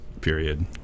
period